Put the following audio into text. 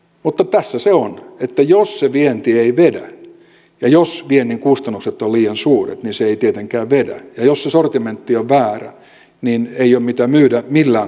mutta tässä se on että jos se vienti ei vedä ja jos viennin kustannukset ovat liian suuret niin se ei tietenkään vedä ja jos se sortimentti on väärä niin ei ole mitä myydä millään kustannustasolla